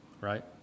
Right